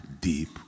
deep